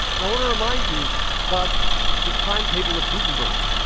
and i want to remind you about the timetable of gutenberg.